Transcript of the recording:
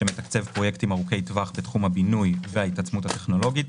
שמתקצב פרויקטים ארוכי טווח בתחום הבינוי וההתעצמות הטכנולוגית.